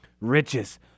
riches